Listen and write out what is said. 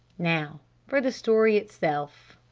now for the story itself!